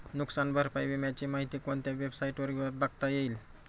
नुकसान भरपाई विम्याची माहिती कोणत्या वेबसाईटवर बघता येईल?